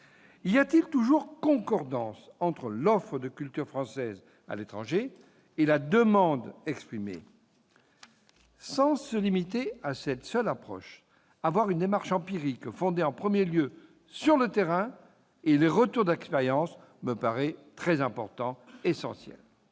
Y a-t-il toujours concordance entre l'offre de culture française à l'étranger et la demande exprimée ? Sans se limiter à cette approche, adopter une démarche empirique, fondée en premier lieu sur le terrain et les retours d'expérience, me paraît essentiel.